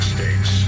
States